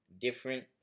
different